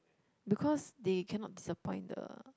because they cannot disappoint the